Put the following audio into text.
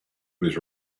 was